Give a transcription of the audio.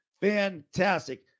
fantastic